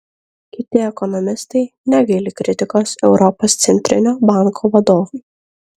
kiti ekonomistai negaili kritikos europos centrinio banko vadovui